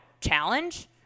challenge